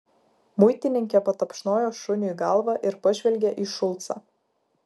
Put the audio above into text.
muitininkė patapšnojo šuniui galvą ir pažvelgė į šulcą